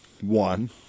One